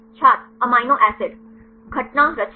छात्र amino acid घटना रचना